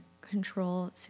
control